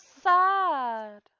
sad